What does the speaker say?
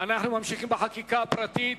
אנו ממשיכים בחקיקה הפרטית.